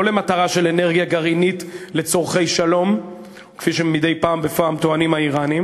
לא למטרה של אנרגיה גרעינית לצורכי שלום כפי שמדי פעם בפעם האיראנים